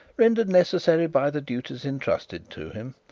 rendered necessary by the duties entrusted to him,